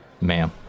Ma'am